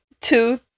two